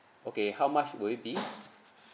okay how much will it be